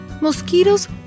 Mosquitoes